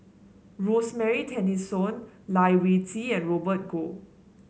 Rosemary Tessensohn Lai Weijie and Robert Goh